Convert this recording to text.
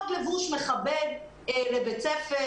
אני מדברת על קוד לבוש מכבד לבית ספר.